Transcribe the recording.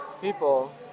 people